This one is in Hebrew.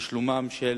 לשלומם של